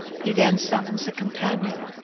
he then summons a companion.